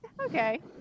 Okay